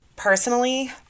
Personally